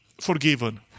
forgiven